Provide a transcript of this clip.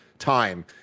time